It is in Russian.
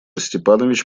степанович